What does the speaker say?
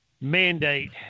mandate